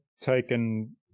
taken